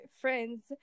friends